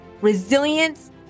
resilience